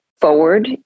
forward